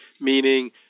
meaning